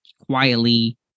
quietly